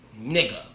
nigga